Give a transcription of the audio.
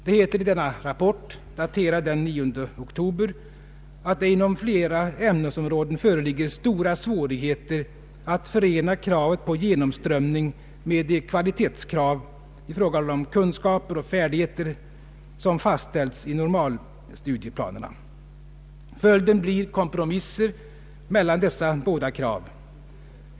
Det heter i denna rapport, daterad den 9 oktober, att det inom flera ämnes områden föreligger stora svårigheter att förena kravet på genomströmning med de kvalitetskrav i fråga om färdigheter och kunskaper som fastställts i normalstudieplanerna. Följden blir kompromisser mellan dessa båda krav.